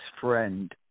friend